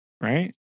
Right